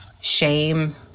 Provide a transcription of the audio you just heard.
shame